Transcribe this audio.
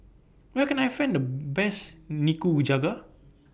Where Can I Find The Best Nikujaga